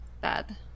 Bad